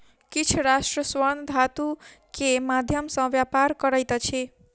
किछ राष्ट्र स्वर्ण धातु के माध्यम सॅ व्यापार करैत अछि